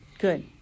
Good